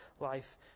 life